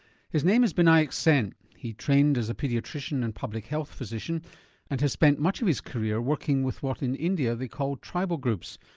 his name is binayak sen. he trained as a paediatrician and public health physician and has spent much of his career working with what in india they call tribal groups,